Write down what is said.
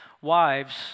Wives